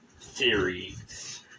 Theories